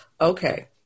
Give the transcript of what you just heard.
okay